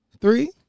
Three